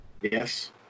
Yes